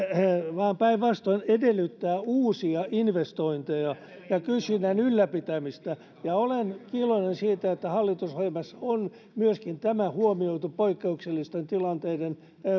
vaan päinvastoin edellyttää uusia investointeja ja kysynnän ylläpitämistä olen iloinen siitä että hallitusohjelmassa on myöskin tämä huomioitu poikkeuksellisten tilanteiden